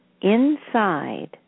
inside